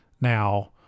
Now